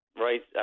Right